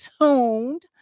tuned